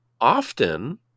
often